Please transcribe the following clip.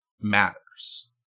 matters